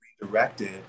redirected